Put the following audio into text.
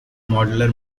modular